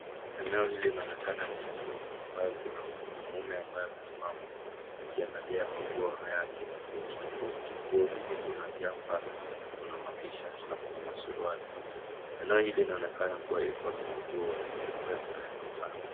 Eneo hili linaonekana ni mitumba, ambaye kuna mwanaume ambaye amesimama akiangalia manguo hayati tofauti tofauti, nguo hizi kuna majampa na kuna matshirt na kuna suruari. Eneo hili linaonekana kuwa ikona manguo rembo rembo sana.